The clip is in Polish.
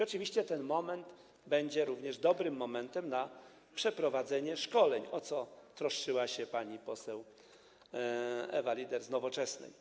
Oczywiście będzie to również dobrym momentem na przeprowadzenie szkoleń, o co troszczyła się pani poseł Ewa Lieder z Nowoczesnej.